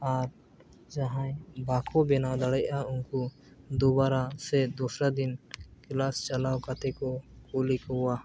ᱟᱨ ᱡᱟᱦᱟᱸᱭ ᱵᱟᱝ ᱠᱚ ᱵᱮᱱᱟᱣ ᱫᱟᱲᱮᱭᱟᱜᱼᱟ ᱩᱱᱠᱩ ᱫᱳᱵᱟᱨᱟ ᱥᱮ ᱫᱚᱥᱨᱟ ᱫᱤᱱ ᱠᱞᱟᱥ ᱪᱟᱞᱟᱣ ᱠᱟᱛᱮ ᱠᱚ ᱠᱩᱞᱤ ᱠᱚᱣᱟ